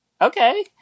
okay